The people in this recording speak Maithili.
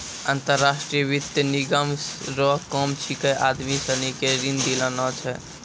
अंतर्राष्ट्रीय वित्त निगम रो काम छिकै आदमी सनी के ऋण दिलाना छै